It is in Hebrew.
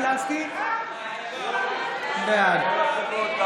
חברי הכנסת.